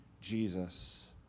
Jesus